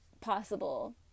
possible